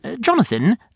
Jonathan